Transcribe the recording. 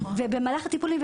במהלך הטיפולים,